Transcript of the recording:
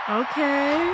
okay